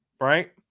right